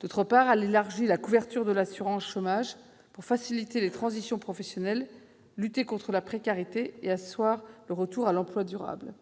D'autre part, elle élargit la couverture de l'assurance chômage pour faciliter les transitions professionnelles, lutter contre la précarité et asseoir le retour à l'emploi durable.